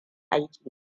aiki